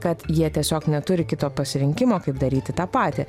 kad jie tiesiog neturi kito pasirinkimo kaip daryti tą patį